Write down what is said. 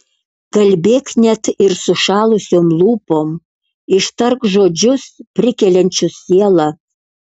kalbėk net ir sušalusiom lūpom ištark žodžius prikeliančius sielą